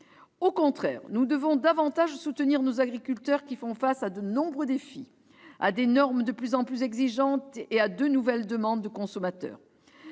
Au contraire, nous devons davantage soutenir nos agriculteurs, qui font face à de nombreux défis : des normes de plus en plus exigeantes et de nouvelles demandes des consommateurs.